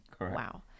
wow